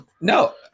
No